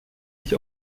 ich